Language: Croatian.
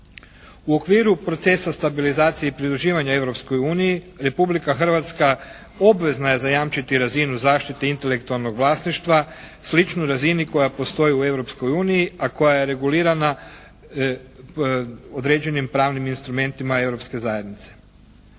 U okviru Procesa stabilizacije i pridruživanja Europskoj uniji, Republika Hrvatska obvezna je zajamčiti razinu zaštite intelektualnog vlasništva sličnu razini koja postoji u Europskoj uniji, a koja je regulirana određenim pravnim instrumentima